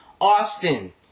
Austin